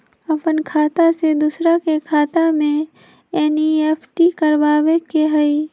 अपन खाते से दूसरा के खाता में एन.ई.एफ.टी करवावे के हई?